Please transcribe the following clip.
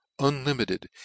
unlimited